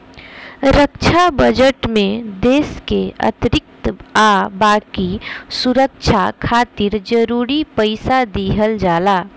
रक्षा budget में देश के आंतरिक आ बाकी सुरक्षा खातिर जरूरी पइसा दिहल जाला